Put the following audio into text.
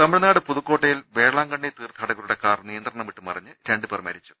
തമിഴ്നാട് പുതുക്കോട്ടയിൽ വേളാങ്കണ്ണി തീർഥാടകരുടെ കാർ നിയ ന്ത്രണംവിട്ട് മറിഞ്ഞ് രണ്ടുപേർ മരിച്ചു